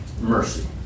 Mercy